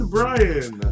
Brian